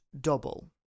double